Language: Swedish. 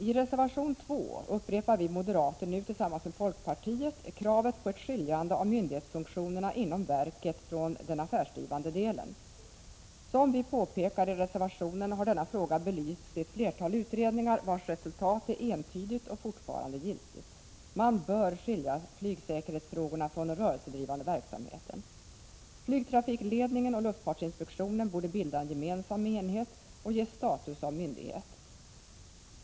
I reservation 2 upprepar vi moderater, nu tillsammans med folkpartiet, kravet på ett skiljande av myndighetsfunktionerna inom verket från den affärsdrivande delen. Som vi påpekar i reservationen har denna fråga belysts i ett flertal utredningar, vilkas resultat är entydigt och fortfarande giltigt. Man bör skilja flygsäkerhetsfrågorna från den rörelsedrivande verksamheten. Flygtrafikledningen och luftfartsinspektionen borde bilda en gemensam enhet och ges status av myndighet.